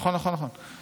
נכון, נכון, נכון.